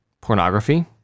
pornography